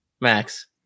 Max